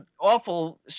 awful